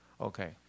Okay